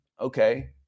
Okay